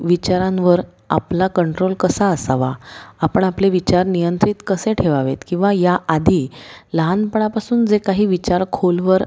विचारांवर आपला कंट्रोल कसा असावा आपण आपले विचार नियंत्रित कसे ठेवावेत किंवा या आधी लहानपणापासून जे काही विचार खोलवर